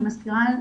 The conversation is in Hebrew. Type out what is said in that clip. אני מזכירה,